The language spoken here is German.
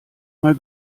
mal